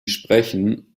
sprechen